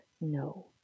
No